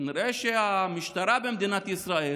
כנראה שהמשטרה במדינת ישראל